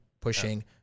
pushing